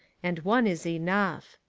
and one is enough.